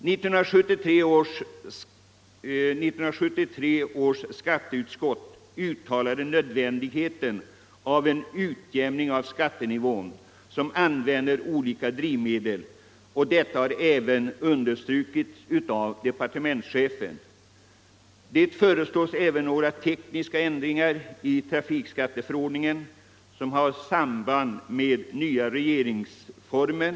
Skatteutskottet framhöll 1973 nödvändigheten av en utjämning av skattenivån för personbilar som använder olika drivmedel. Detta har även understrukits av departementschefen. Det föreslås även några tekniska ändringar i vägtrafikskatteförordningen som har samband med den nya regeringsformen.